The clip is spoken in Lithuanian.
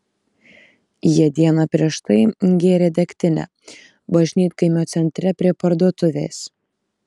jie dieną prieš tai gėrė degtinę bažnytkaimio centre prie parduotuvės